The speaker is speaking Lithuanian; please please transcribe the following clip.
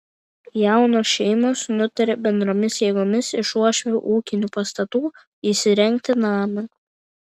jaunos šeimos nutarė bendromis jėgomis iš uošvių ūkinių pastatų įsirengti namą